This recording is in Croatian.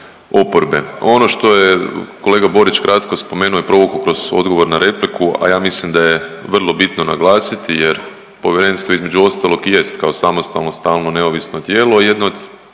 Ono što je kolega Borić kratko spomenuo i provukao kroz odgovor na repliku, a ja mislim da je vrlo bitno naglasiti jer povjerenstvo između ostalog i jest kao samostalno stalno neovisno tijelo i jedno od